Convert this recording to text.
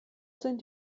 sind